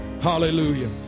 Hallelujah